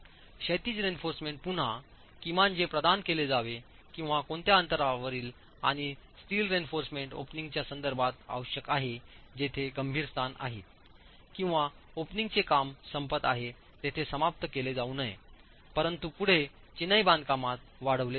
क्षैतिज रीइन्फोर्समेंट पुन्हा किमान जे प्रदान केले जावे आणि कोणत्या अंतरावरील आणि स्टील रीइन्फोर्समेंट ओपनिंगच्या संदर्भात आवश्यक आहे जिथे गंभीर स्थान आहे किंवा ओपनिंगचे काम संपत आहे तेथे समाप्त केले जाऊ नये परंतु पुढे चिनाई बांधकामात वाढविले पाहिजे